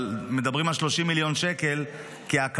אבל מדברים פה על 30 מיליון שקל להקמה.